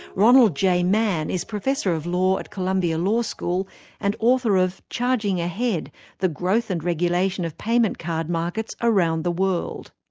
ronald j. mann is professor of law at columbia law school and author of charging ahead the growth and regulation of payment card markets around the world.